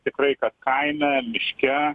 tikrai kad kaime miške